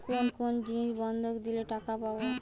কোন কোন জিনিস বন্ধক দিলে টাকা পাব?